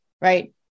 right